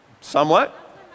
Somewhat